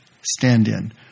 stand-in